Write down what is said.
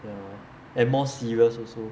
ya and more serious also